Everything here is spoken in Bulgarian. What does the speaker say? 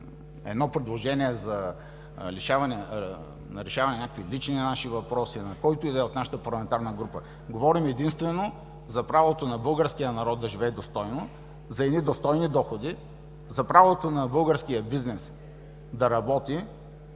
едно предложение за решаване на някакви лични наши въпроси, на който и да е от нашата парламентарна група. Говорим единствено за правото на българския народ да живее достойно, за едни достойни доходи, за правото на българския бизнес да работи